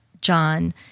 John